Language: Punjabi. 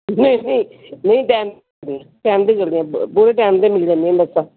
ਨਹੀਂ ਟੈਮ ਟੈਮ 'ਤੇ ਮਿਲਦੀਆਂ ਪੂਰੇ ਟੈਮ 'ਤੇ ਮਿਲ ਜਾਂਦੀਆਂ ਨੇ ਬੱਸਾਂ